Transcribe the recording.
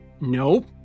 nope